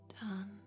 done